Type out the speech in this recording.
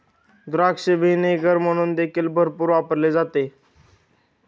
द्राक्ष व्हिनेगर म्हणून देखील भरपूर वापरले जाते